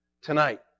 tonight